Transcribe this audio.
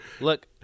Look